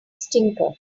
stinker